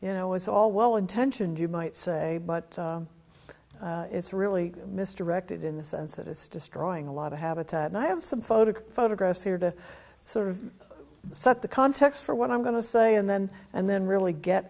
you know it's all well intentioned you might say but it's really mr directed in the sense that it's destroying a lot of habitat and i have some photos photographs here to sort of set the context for what i'm going to say and then and then really get